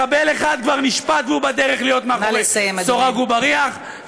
מחבל אחד כבר נשפט והוא בדרך להיות מאחורי סורג ובריח.